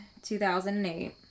2008